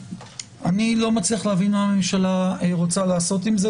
אני לא מצליח להבין מה הממשלה רוצה לעשות עם זה.